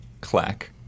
clack